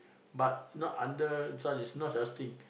but not under this one is not such thing